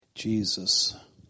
Jesus